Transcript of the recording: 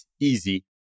easy